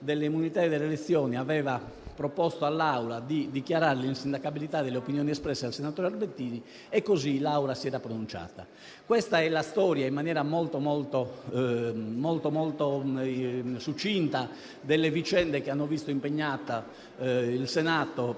delle immunità e delle elezioni aveva proposto all'Assemblea di dichiarare l'insindacabilità delle opinioni espresse dal senatore Albertini e così l'Assemblea si era pronunciata. Questa è la storia, in maniera molto succinta, delle vicende che hanno visto impegnato il Senato